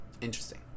Interesting